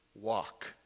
walk